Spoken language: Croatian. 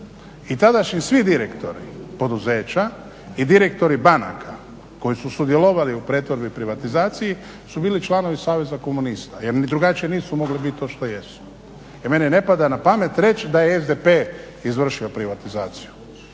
I tadašnji svi direktori poduzeća i direktori banaka koji su sudjelovali u pretvorbi i privatizaciji su bili članovi saveza komunista jer drugačije nisu mogli biti to što jesu i meni ne pada na pamet reći da je SDP izvršio privatizaciju.